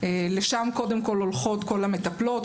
לשם קודם כל הולכות המטפלות.